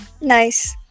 Nice